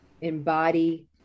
embody